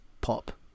pop